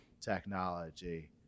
technology